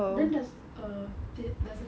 then there's a there's a